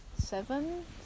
Seven